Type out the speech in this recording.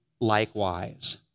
likewise